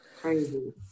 crazy